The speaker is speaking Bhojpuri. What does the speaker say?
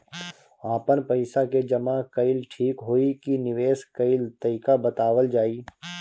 आपन पइसा के जमा कइल ठीक होई की निवेस कइल तइका बतावल जाई?